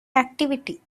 activity